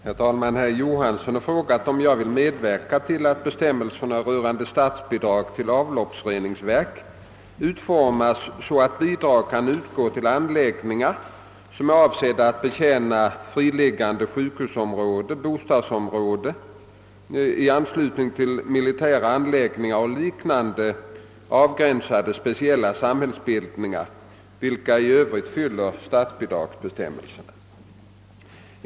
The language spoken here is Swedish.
Herr talman! Herr Johansson i Skärstad har frågat om jag vill medverka till att bestämmelserna rörande statsbidrag till avloppsreningsverk utformas så, att bidrag kan utgå till anläggningar, som är avsedda att betjäna friliggande sjukhusområden, bostadsområden i anslutning till militära anläggningar och liknande avgränsade speciella samhällsbildningar, vilka i Övrigt uppfyller statsbidragsbestämmelserna.